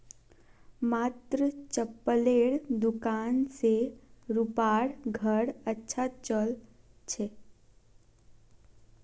मात्र चप्पलेर दुकान स रूपार घर अच्छा चल छ